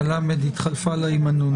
הלמ"ד התחלפה לה עם הנו"ן.